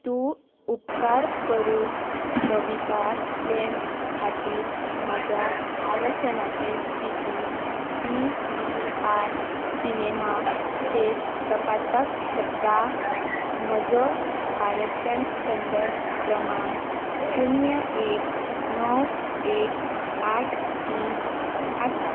तूं उपकार करून कविता स्लेम खातीर म्हज्या आरक्षणाची स्थिती पी वी आर सिनेमाचेर तपासपाक शकता म्हजो आरक्षण संदर्भ क्रमांक शुन्य एक णव एक आठ तीन आसा